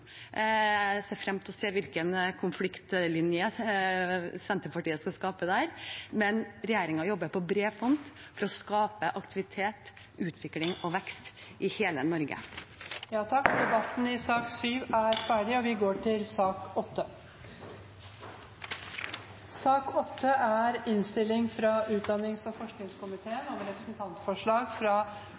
Jeg ser frem til å se hvilken konfliktlinje Senterpartiet skal skape der. Men regjeringen jobber på bred front for å skape aktivitet, utvikling og vekst i hele Norge. Flere har ikke bedt om ordet til sak nr. 7. Etter ønske fra utdannings- og forskningskomiteen vil presidenten ordne debatten slik: 3 minutter til hver partigruppe og